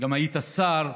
וגם היית שר,